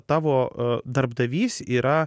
tavo darbdavys yra